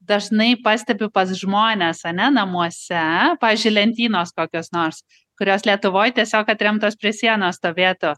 dažnai pastebiu pas žmones ane namuose pavyzdžiui lentynos kokios nors kurios lietuvoj tiesiog atremtos prie sienos stovėtų